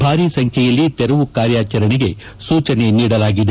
ಭಾರೀ ಸಂಖ್ಯೆಯಲ್ಲಿ ತೆರವು ಕಾರ್ಯಾಚರಣೆಗೆ ಸೂಚನೆ ನೀಡಲಾಗಿದೆ